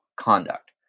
conduct